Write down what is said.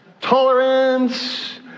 Tolerance